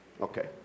Okay